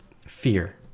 fear